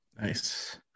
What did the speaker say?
nice